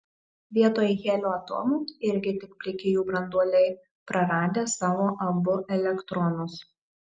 vietoj helio atomų irgi tik pliki jų branduoliai praradę savo abu elektronus